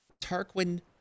Tarquin